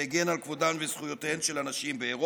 שהגן על כבודן וזכויותיהן של הנשים באירופה,